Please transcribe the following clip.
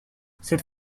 cette